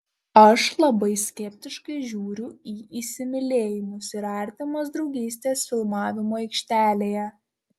aš labai skeptiškai žiūriu į įsimylėjimus ir artimas draugystes filmavimo aikštelėje